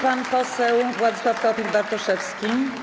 Pan poseł Władysław Teofil Bartoszewski.